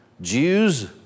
Jews